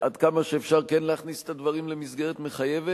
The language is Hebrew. עד כמה שאפשר, כן להכניס את הדברים למסגרת מחייבת,